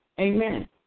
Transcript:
Amen